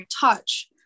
touch